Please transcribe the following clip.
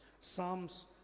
Psalms